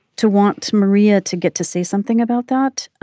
to want maria to get to see something about that.